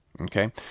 Okay